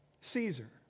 Caesar